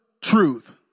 truth